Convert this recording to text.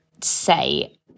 say